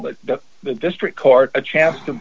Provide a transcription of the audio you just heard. that the district court a chance to